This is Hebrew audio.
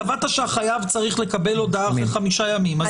קבעת שהחייב צריך לקבל הודעה אחרי 5 ימים.